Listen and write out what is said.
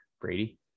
Brady